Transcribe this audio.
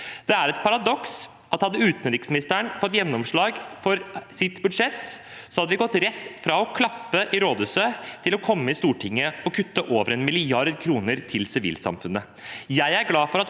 Det er et paradoks at om utenriksministeren hadde fått gjennomslag for sitt budsjett, hadde vi gått rett fra å klappe i Rådhuset til å komme til Stortinget og kutte over 1 mrd. kr til sivilsamfunnet. Jeg er glad for at